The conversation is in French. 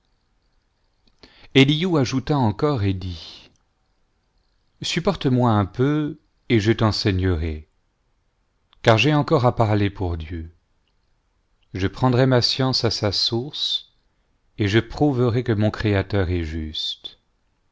ajouta encore et dit supporte-moi un peu et je t'enseignerai car j'ai encore à parler pour dieu je prendrai ma science à sa source et je prouverai que mon créateur est juste